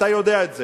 אתה יודע את זה.